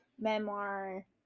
memoir